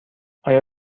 آیا